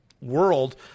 world